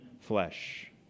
flesh